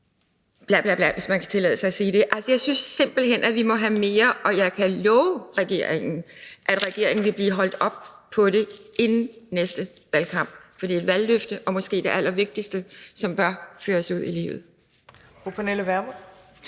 bla bla bla, hvis man kan tillade sig at sige det. Altså, jeg synes simpelt hen, at vi må have mere, og jeg kan love regeringen, at regeringen vil blive holdt op på det inden næste valgkamp, for det er et valgløfte og måske det allervigtigste valgløfte, som bør føres ud i livet.